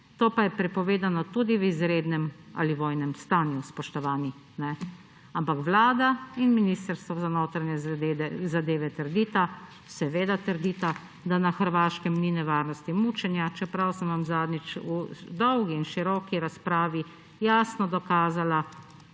to pa je prepovedano tudi v izrednem ali vojnem stanju, spoštovani, ampak Vlada in Ministrstvo za notranje zadeve trdita, seveda trdita, da na Hrvaškem ni nevarnosti mučenja, čeprav sem vam zadnjič v dolgi in široki razpravi jasno dokazala,